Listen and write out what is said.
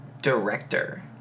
Director